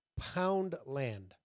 Poundland